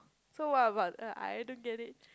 so what about uh I don't get it